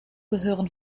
gehören